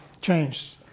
changed